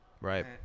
Right